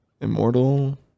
immortal